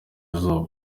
izuba